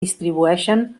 distribueixen